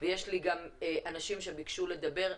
ויש לי גם אנשים שביקשו לדבר,